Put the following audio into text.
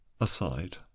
aside